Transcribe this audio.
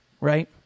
right